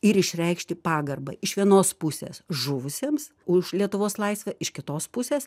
ir išreikšti pagarbą iš vienos pusės žuvusiems už lietuvos laisvę iš kitos pusės